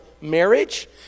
marriage